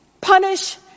punish